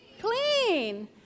clean